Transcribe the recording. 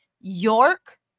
york